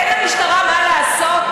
אין למשטרה מה לעשות?